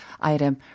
item